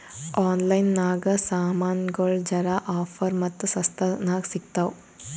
online ನಾಗ್ ಸಾಮಾನ್ಗೊಳ್ ಜರಾ ಆಫರ್ ಮತ್ತ ಸಸ್ತಾ ನಾಗ್ ಸಿಗ್ತಾವ್